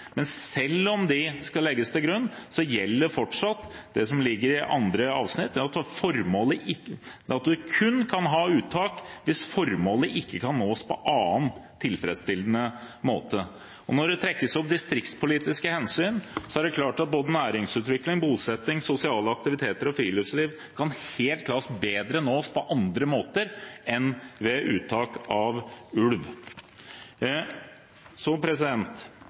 Men selv om dette skal legges til grunn, gjelder fortsatt det som ligger i andre avsnitt, at en kun kan ha uttak hvis «formålet ikke kan nås på annen tilfredsstillende måte». Når det trekkes opp distriktspolitiske hensyn, er det klart at både næringsutvikling, bosetting, sosiale aktiviteter og friluftsliv helt klart bedre kan nås på andre måter enn ved uttak av ulv. Så